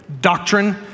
doctrine